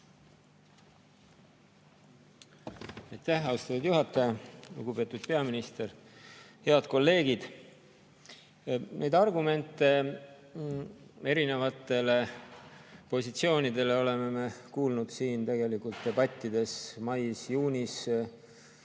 austatud juhataja! Lugupeetud peaminister! Head kolleegid! Neid argumente erinevatele positsioonidele oleme me kuulnud siin tegelikult debattides mais, juunis,